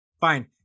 Fine